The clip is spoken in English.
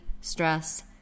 stress